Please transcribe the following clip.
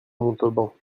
montauban